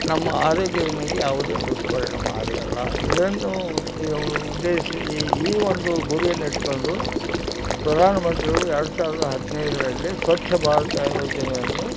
ನಮ್ಮ ಆರೋಗ್ಯದ ಮ್ಯಾಲೆ ಯಾವುದೇ ದುಷ್ಪರಿಣಾಮ ಆಗೋದಿಲ್ಲ ಇದನ್ನು ಉದ್ದೇಶಿ ಈ ಈ ಒಂದು ಗುರಿಯನ್ನಿಟ್ಟುಕೊಂಡು ಪ್ರಧಾನ ಮಂತ್ರಿಗಳು ಎರಡು ಸಾವಿರದ ಹದಿನೈದರಲ್ಲಿ ಸ್ವಚ್ಛ ಭಾರತ ಯೋಜನೆಯನ್ನು